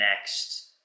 next